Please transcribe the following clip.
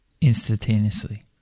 instantaneously